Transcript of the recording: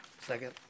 Second